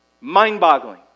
Mind-boggling